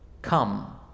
Come